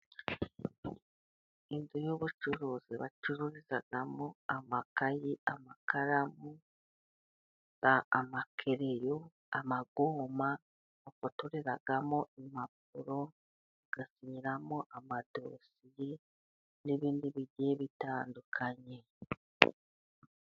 Inzu y'ubucuruzi bacururizamo amakayi, amakaramu, amakereyo, amagoma, bafotoreramo impapuro, bagasinyiramo amadosiye n'ibindi bigiye bitandukanye.